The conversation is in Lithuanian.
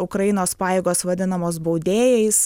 ukrainos pajėgos vadinamos baudėjais